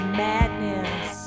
madness